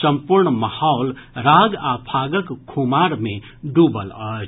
सम्पूर्ण माहौल राग आ फागक खुमार मे डूबल अछि